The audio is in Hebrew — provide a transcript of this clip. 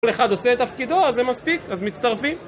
כל אחד עושה את תפקידו, אז זה מספיק, אז מצטרפים.